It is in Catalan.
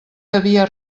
devia